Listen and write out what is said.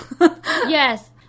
Yes